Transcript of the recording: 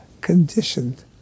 conditioned